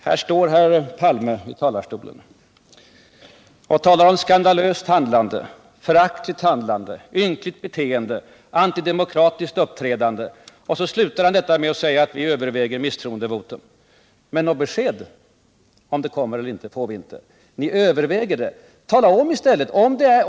Herr talman! Här står herr Palme i talarstolen och talar om sådant som skandalöst handlande, föraktligt handlande, ynkligt beteende, antidemokratiskt uppträdande, och så slutar han med att säga: Vi överväger misstroendevotum. Men något besked om det kommer eller inte får vi inte. Ni säger att ni överväger det. Tala om hur det blir i stället!